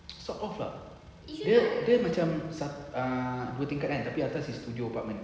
sort of ah dia dia macam ah dua tingkat kan tapi atas is studio apartment